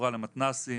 החברה למתנ"סים,